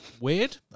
Weird